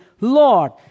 Lord